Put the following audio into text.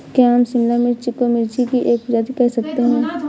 क्या हम शिमला मिर्च को मिर्ची की एक प्रजाति कह सकते हैं?